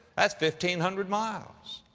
that's fifteen hundred miles.